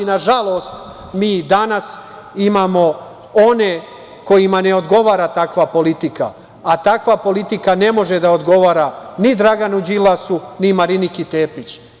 Nažalost, mi i danas imamo one kojima ne odgovara takva politika, a takva politika ne može da odgovara ni Draganu Đilasu, ni Mariniki Tepić.